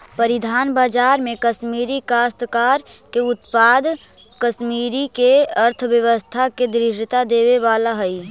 परिधान बाजार में कश्मीरी काश्तकार के उत्पाद कश्मीर के अर्थव्यवस्था के दृढ़ता देवे वाला हई